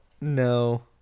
no